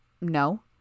No